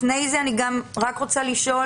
לפני זה אני רוצה לשאול,